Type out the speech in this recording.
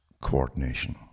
coordination